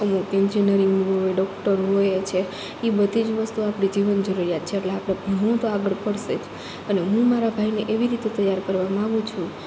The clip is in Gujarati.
અમુક ઇનજીનીયરિંગ હોય ડૉક્ટર હોય છે એ બધી જ વસ્તુ આપણી જીવન જરૂરિયાત છે એટલે આપણે ભણવું તો આગળ પડશે જ અને હું મારા ભાઈને એવી રીતે તૈયાર કરવા માગું છું